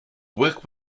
work